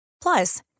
Plus